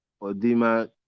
odima